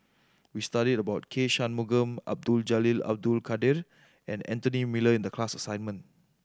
we studied about K Shanmugam Abdul Jalil Abdul Kadir and Anthony Miller in the class assignment